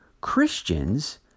Christians